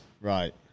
Right